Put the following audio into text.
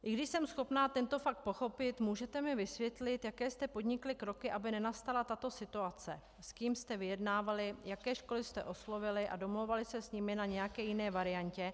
I když jsem schopna tento fakt pochopit, můžete mi vysvětlit, jaké jste podnikli kroky, aby nenastala tato situace, s kým jste vyjednávali, jaké školy jste oslovili a domlouvali se s nimi na nějaké jiné variantě?